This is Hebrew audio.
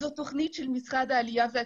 זאת תוכנית של משרד העלייה והקליטה.